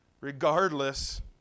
regardless